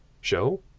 show